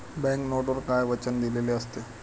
Bank नोटवर काय वचन दिलेले असते?